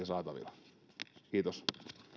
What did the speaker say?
saatavilla kiitos